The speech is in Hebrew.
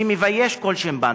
שמבייש כל שימפנזה.